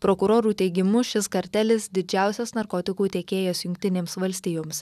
prokurorų teigimu šis kartelis didžiausias narkotikų tiekėjas jungtinėms valstijoms